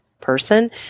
person